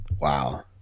Wow